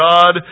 God